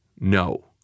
no